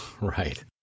right